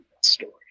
story